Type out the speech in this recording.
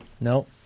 no